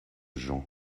jean